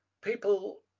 People